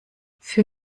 für